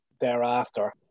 thereafter